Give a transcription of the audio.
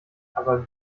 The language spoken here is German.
aber